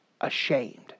ashamed